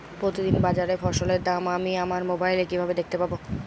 প্রতিদিন বাজারে ফসলের দাম আমি আমার মোবাইলে কিভাবে দেখতে পাব?